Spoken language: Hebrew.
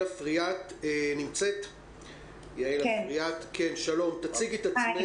שלום, נעים